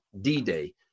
D-Day